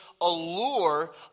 allure